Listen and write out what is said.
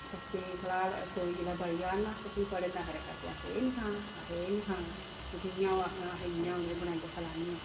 बच्चें ई फिलहाल रसोई जेल्लै बड़ी जान ना ते फिर बड़े नखरे करदे असें एह् निं खाना असें एह् निं खाना ते जि'यां ओह् आखन अहें इ'यां उ'नें ई बनाइये खलाने आं